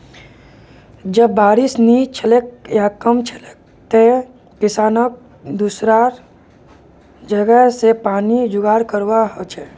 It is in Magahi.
जब बारिश नी हछेक या कम हछेक तंए किसानक दुसरा जगह स पानीर जुगाड़ करवा हछेक